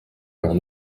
leurs